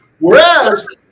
Whereas